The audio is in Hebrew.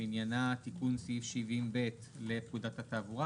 שעניינה תיקון סעיף 70(ב) לפקודת התעבורה.